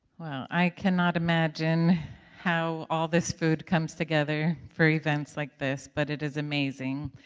well, i cannot imagine how all this food comes together for events like this, but it is amazing.